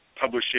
publishing